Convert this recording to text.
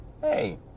hey